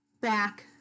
back